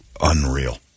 unreal